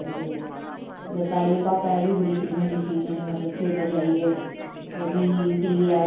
एह् परानी इक राज़ एह् ऐ कि जियां